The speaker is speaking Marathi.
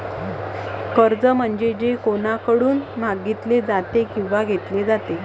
कर्ज म्हणजे जे कोणाकडून मागितले जाते किंवा घेतले जाते